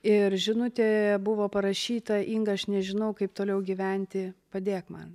ir žinutėje buvo parašyta inga aš nežinau kaip toliau gyventi padėk man